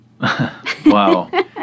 Wow